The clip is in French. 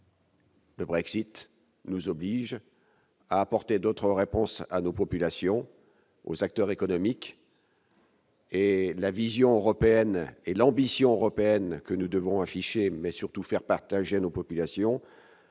Le Brexit nous oblige à apporter d'autres réponses à nos populations, aux acteurs économiques. L'ambition européenne que nous devons afficher et, surtout, faire partager à nos concitoyens